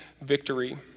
victory